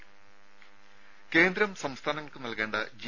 രുദ കേന്ദ്രം സംസ്ഥാനങ്ങൾക്ക് നൽകേണ്ട ജി